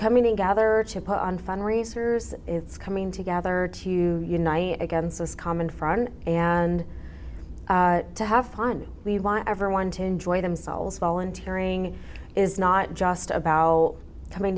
coming together to put on fundraisers it's coming together to unite against us common front and to have fun we want everyone to enjoy themselves volunteer ing is not just about coming